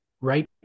right